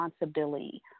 responsibility